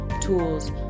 tools